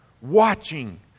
watching